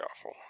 awful